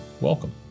welcome